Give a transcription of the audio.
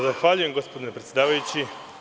Zahvaljujem, gospodine predsedavajući.